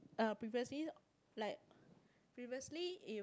uh previously like previously it was